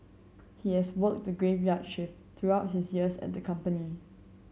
he has worked the graveyard shift throughout his years at the company